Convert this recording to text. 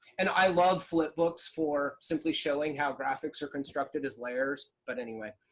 and i love flipbooks for simply showing how graphics are constructed as layers, but anyway.